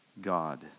God